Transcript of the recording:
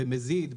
במזיד,